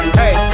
hey